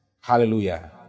Hallelujah